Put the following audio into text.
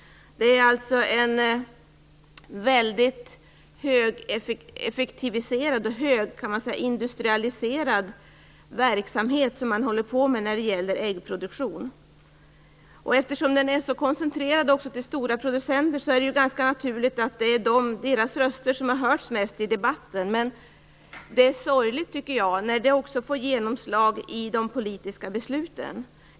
Äggproduktionen är alltså en väldigt högeffektiviserad och högindustrialiserad verksamhet. Eftersom den är så koncentrerad till stora producenter är det ganska naturligt att det är deras röster som har hörts mest i debatten. Men jag tycker att det är sorgligt när det också får genomslag i de politiska besluten.